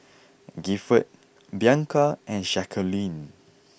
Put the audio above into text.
Gifford Bianca and Jaqueline